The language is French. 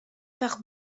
par